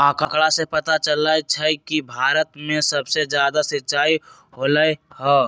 आंकड़ा से पता चलई छई कि भारत में सबसे जादा सिंचाई होलई ह